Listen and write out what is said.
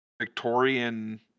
Victorian